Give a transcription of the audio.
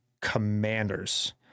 Commanders